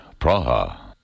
Praha